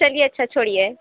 چلیے اچھا چھوڑیے